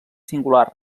singular